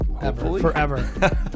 forever